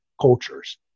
cultures